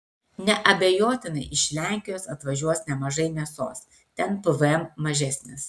neabejotinai iš lenkijos atvažiuos nemažai mėsos ten pvm mažesnis